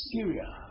Syria